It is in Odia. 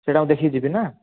ସେଇଟା ମୁଁ ଦେଖିକି ଯିବି ନା